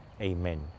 Amen